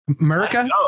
America